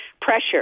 pressure